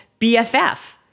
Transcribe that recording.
BFF